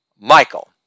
Michael